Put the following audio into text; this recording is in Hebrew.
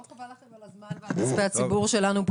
לא חבל לכם על הזמן ועל כספי הציבור שלנו,